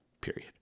period